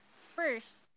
first